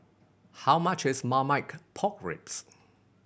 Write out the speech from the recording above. how much is Marmite Pork Ribs